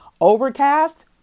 Overcast